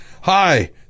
hi